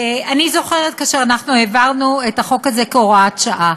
אני זוכרת שכאשר העברנו את החוק הזה כהוראת שעה,